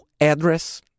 address